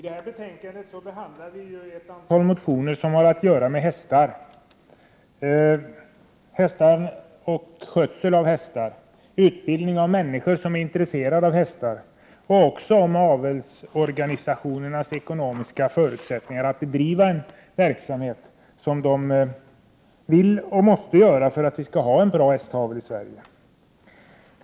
Herr talman! I detta betänkande behandlar vi ett antal motioner som har att göra med hästar, skötsel av hästar, utbildningen av människor som är intresserade av hästar och också med avelsorganisationernas ekonomiska förutsättningar att bedriva en verksamhet som de vill och måste bedriva för att vi skall ha en bra hästavel i Sverige.